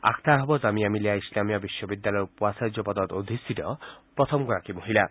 আখটাৰ হ'ব জামিয়া মিলিয়া ইছলামিয়া বিশ্ববিদ্যালয়ৰ উপাচাৰ্য পদত অধিষ্ঠিত প্ৰথমগৰাকী মহিলা